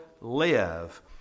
live